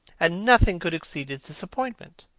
and nothing could exceed his disappointment.